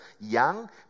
young